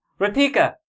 Ratika